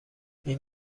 این